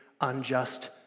unjust